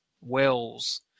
wells